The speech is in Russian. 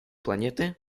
планеты